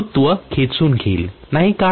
गुरुत्व खेचून घेईल नाही का